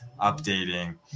updating